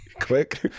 Quick